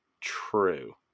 true